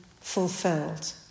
fulfilled